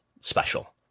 special